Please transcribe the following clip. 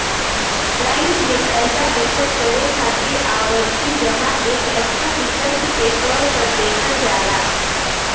bank में पैसा बचत करे खातिर आवर्ती जमा एक अच्छा विकल्प के तौर पर देखल जाला